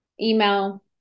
Email